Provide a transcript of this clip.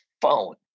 phone